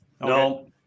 No